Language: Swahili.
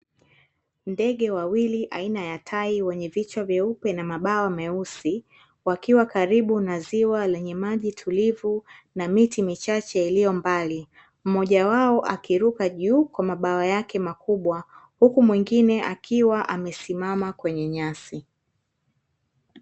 Ndege wawili aina ya tai wenye vichwa vyeupe na mabawa meusi wakiwa karibu na ziwa lenye maji tulivu na miti michache iliyo mbali, mmoja wao akiruka juu kwa mabawa yake makubwa huku mwingine akiwa amesimama kwenye nyasi.